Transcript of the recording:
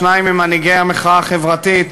שניים ממנהיגי המחאה החברתית.